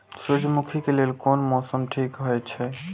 सूर्यमुखी के लेल कोन मौसम ठीक हे छे?